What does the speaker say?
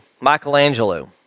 Michelangelo